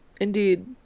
indeed